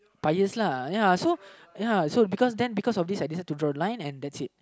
bias lah ya so ya so because then because of this I just have to draw a line and that's it